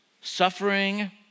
Suffering